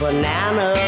Banana